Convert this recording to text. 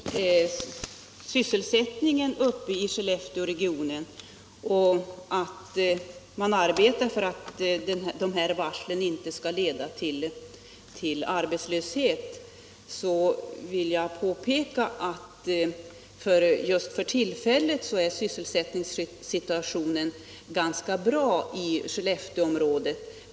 När det gäller sysselsättningen uppe i Skellefteåregionen och arbetet för att varslen inte skall leda till arbetslöshet vill jag påpeka att sysselsättningssituationen just för tillfället är ganska bra i Skellefteåområdet.